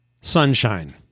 sunshine